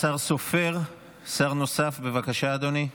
השר סופר, שר נוסף, בבקשה, אדוני.